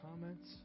comments